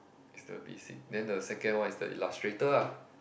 it's the basic then the second one is the Illustrator ah